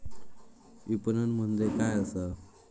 विपणन म्हणजे काय असा?